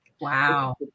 Wow